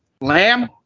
Lamb